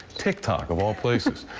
tiktok, of all places.